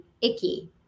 icky